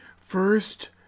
First